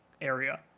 area